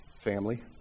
family